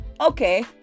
Okay